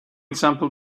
sampled